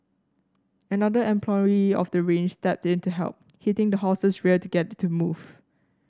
another employee of the ranch stepped in to help hitting the horse's rear to get it to move